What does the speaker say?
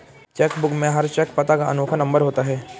check book में हर cheque पता का अनोखा नंबर होता है